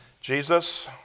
Jesus